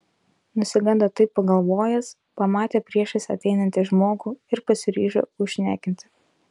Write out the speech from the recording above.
nusigando taip pagalvojęs pamatė priešais ateinanti žmogų ir pasiryžo užšnekinti